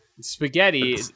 spaghetti